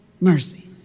mercy